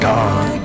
God